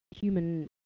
human